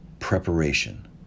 preparation